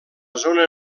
zona